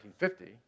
1950